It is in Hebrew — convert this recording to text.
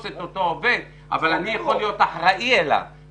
את אותו עובד אבל אני יכול להיות אחראי עליו.